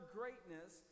greatness